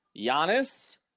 Giannis